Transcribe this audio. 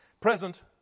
Present